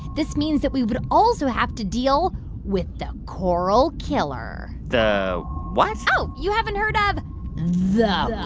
this means that we would also have to deal with the coral killer the what? oh. you haven't heard ah of the